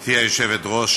גברתי היושבת-ראש,